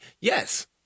Yes